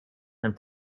and